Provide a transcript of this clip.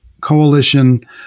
coalition